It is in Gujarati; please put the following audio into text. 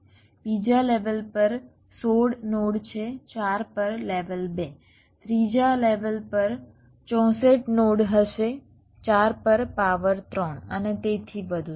બીજા લેવલ પર 16 નોડ છે 4 પર લેવલ 2 ત્રીજા લેવલ પર 64 નોડ હશે 4 પર પાવર 3 અને તેથી વધુ